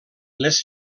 les